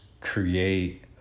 create